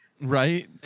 right